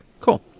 Cool